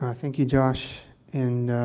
thank you, josh, and,